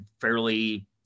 fairly